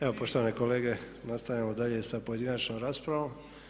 Evo poštovane kolege, nastavljamo dalje da pojedinačnom raspravom.